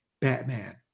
Batman